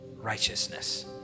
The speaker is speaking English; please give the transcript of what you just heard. Righteousness